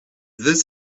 this